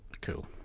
Cool